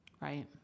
Right